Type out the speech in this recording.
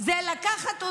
זה לקחת, תודה רבה.